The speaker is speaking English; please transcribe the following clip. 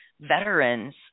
veterans